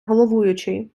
головуючий